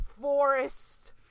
forest